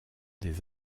des